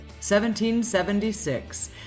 1776